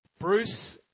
Bruce